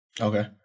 Okay